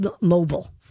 mobile